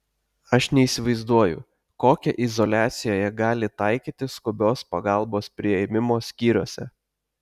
aš neįsivaizduoju kokią izoliaciją jie gali taikyti skubios pagalbos priėmimo skyriuose